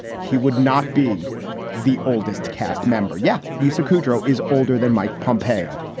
he would not be the oldest cast member. yeah. lisa kudrow is older than mike pompeo.